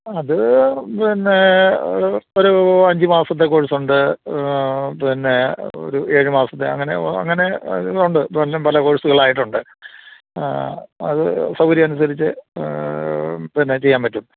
അത് പിന്നേ ഒരൂ അഞ്ചു മാസത്തെ കോഴ്സുണ്ട് പിന്നെ ഒരു ഏഴു മാസത്തെ അങ്ങനെ അങ്ങനെ ഉണ്ട് പലതും പല കോഴ്സുകളായിട്ടുണ്ട് അത് സൗകര്യമനുസരിച്ച് പിന്നെ ചെയ്യാന് പറ്റും